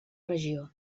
regió